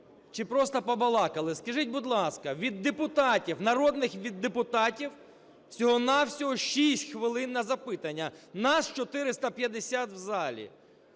чи просто побалакали? Скажіть, будь ласка, від депутатів, народних депутатів всього-на-всього 6 хвилин на запитання! Нас 450 в залі.